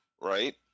right